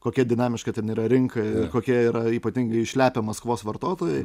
kokia dinamiška ten yra rinka kokia yra ypatingai išlepę maskvos vartotojai